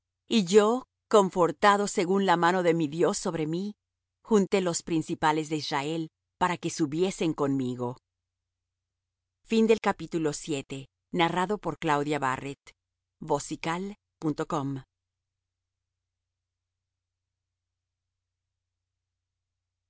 y yo confortado según la mano de mi dios sobre mí junté los principales de israel para que subiesen conmigo y